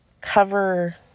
cover